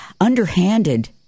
underhanded